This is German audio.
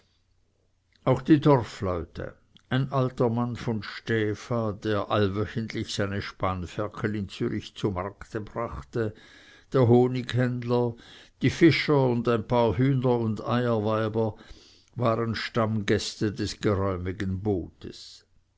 auch die dorfleute ein alter mann von stäfa der allwöchentlich seine spanferkel in zürich zu markte brachte der honighändler die fischer und ein paar hühner und eierweiber waren stammgäste des geräumigen bootes